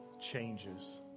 changes